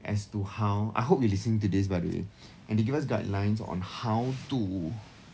as to how I hope you're listening to this by the way and they give us guidelines on how to